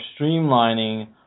streamlining